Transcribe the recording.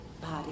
body